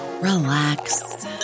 Relax